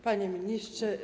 Panie Ministrze!